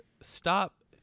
stop